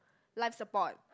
life support